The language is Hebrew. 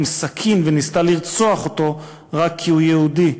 סכין וניסתה לרצוח אותו רק כי הוא יהודי.